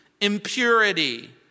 impurity